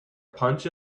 punch